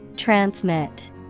Transmit